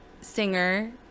singer